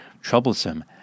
troublesome